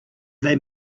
they